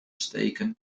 steken